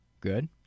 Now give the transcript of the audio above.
Good